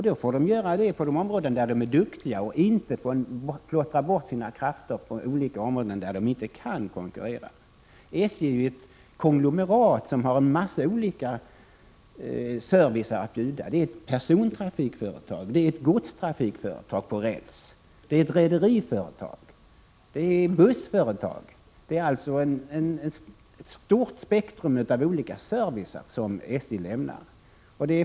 Det får SJ göra på de områden där man är duktig, så att man inte plottrar bort sina krafter på olika områden där man inte kan konkurrera. SJ är ett konglomerat som har olika service att erbjuda. Det är ett persontrafikföretag, ett godstrafikföretag på räls, ett rederiföretag och ett bussföretag. Det är alltså ett stort spektrum av service som SJ lämnar.